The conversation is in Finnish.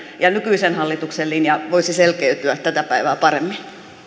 ja nykyisen hallituksen linja voisi selkeytyä tätä päivää paremmin